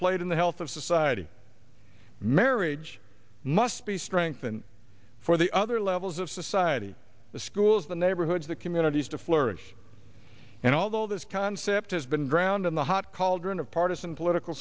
played in the health of society marriage must be strengthened for the other levels of society the schools the neighborhoods the communities to flourish and although this concept has been drowned in the hot cauldron of partisan political